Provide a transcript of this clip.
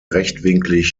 rechtwinklig